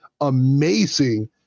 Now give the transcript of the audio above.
amazing